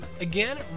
again